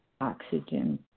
oxygen